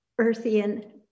Earthian